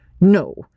No